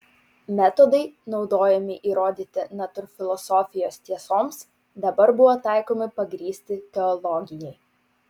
metodai naudojami įrodyti natūrfilosofijos tiesoms dabar buvo taikomi pagrįsti teologijai